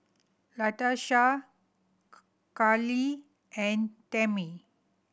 Latasha Karlie and Tammy